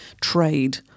trade